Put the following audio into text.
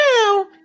now